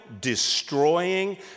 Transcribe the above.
destroying